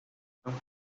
مزارت